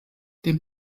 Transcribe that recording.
dem